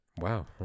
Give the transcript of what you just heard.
Wow